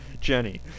jenny